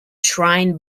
shrine